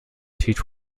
teach